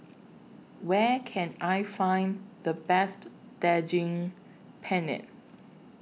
Where Can I Find The Best Daging Penyet